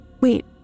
Wait